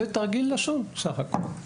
זה תרגיל לשון בסך הכול.